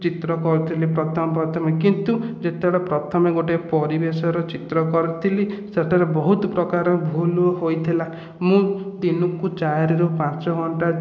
ଚିତ୍ର କରୁଥିଲି ପ୍ରଥମେ ପ୍ରଥମେ କିନ୍ତୁ ଯେତେବେଳେ ପ୍ରଥମେ ଗୋଟିଏ ପରିବେଶର ଚିତ୍ର କରିଥିଲି ସେଥିରେ ବହୁତ ପ୍ରକାର ଭୁଲ୍ ହୋଇଥିଲା ମୁଁ ଦିନକୁ ଚାରିରୁ ପାଞ୍ଚଘଣ୍ଟା